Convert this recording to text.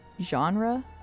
genre